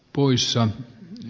timo v